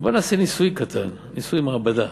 בואו נעשה ניסוי קטן, ניסוי מעבדה.